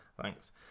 Thanks